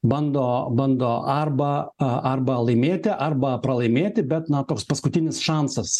bando bando arba arba laimėti arba pralaimėti bet na toks paskutinis šansas